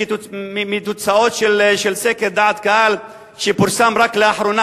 מתוצאות של סקר דעת קהל שפורסם רק לאחרונה